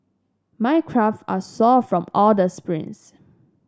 my calve are sore from all the sprints